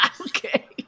Okay